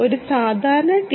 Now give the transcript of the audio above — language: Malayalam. ഒരു സാധാരണ ടി